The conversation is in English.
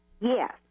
Yes